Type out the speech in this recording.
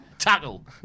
Tackle